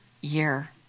year